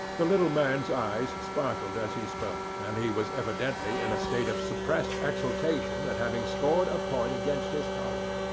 the little man's eyes sparkled as he spoke, and he was evidently in a state of suppressed exultation at having scored a point against his colleague.